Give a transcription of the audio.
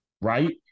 Right